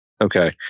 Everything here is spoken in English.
Okay